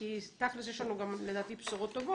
כי תכל'ס יש לנו לדעתי בשורות טובות,